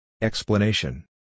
Explanation